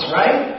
right